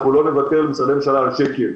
אנחנו לא נוותר למשרדי הממשלה ולו על שקל.